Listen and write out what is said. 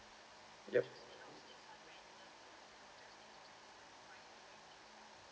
yup